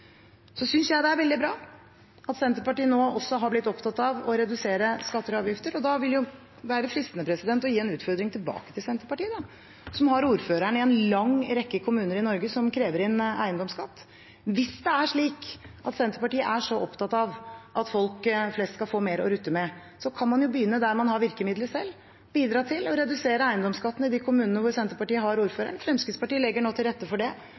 Jeg synes det er veldig bra at Senterpartiet nå også har blitt opptatt av å redusere skatter og avgifter. Da vil det jo være fristende å gi en utfordring tilbake til Senterpartiet, som har ordføreren i en lang rekke kommuner i Norge som krever inn eiendomsskatt: Hvis det er slik at Senterpartiet er så opptatt av at folk flest skal få mer å rutte med, kan man jo begynne der man har virkemiddelet selv, bidra til å redusere eiendomsskatten i de kommunene hvor Senterpartiet har ordføreren. Fremskrittspartiet legger nå til rette for det